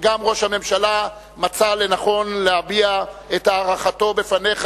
גם ראש הממשלה מצא לנכון להביע את הערכתו בפניך